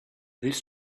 this